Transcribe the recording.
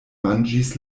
manĝis